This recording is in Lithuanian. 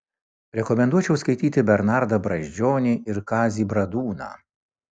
rekomenduočiau skaityti bernardą brazdžionį ir kazį bradūną